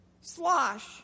slosh